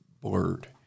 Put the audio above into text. blurred